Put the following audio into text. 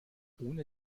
ohne